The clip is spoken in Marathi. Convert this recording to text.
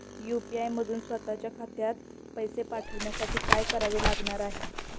यू.पी.आय मधून स्वत च्या खात्यात पैसे पाठवण्यासाठी काय करावे लागणार आहे?